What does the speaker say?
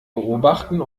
beobachten